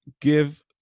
give